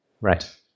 Right